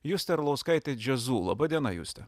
justė arlauskaitė jazzu laba diena juste